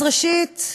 אז ראשית,